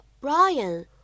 Brian